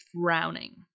frowning